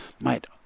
mate